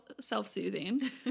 self-soothing